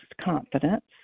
confidence